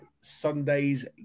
Sunday's